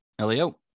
LEO